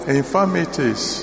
infirmities